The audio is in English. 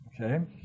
Okay